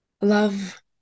love